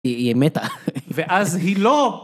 היא מתה. ואז היא לא...